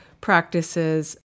practices